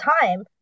time